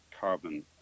carbon